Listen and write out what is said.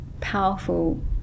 powerful